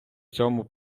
цьому